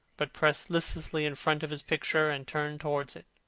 but passed listlessly in front of his picture and turned towards it.